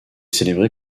célébré